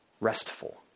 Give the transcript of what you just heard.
restful